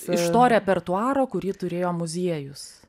iš to repertuaro kurį turėjo muziejus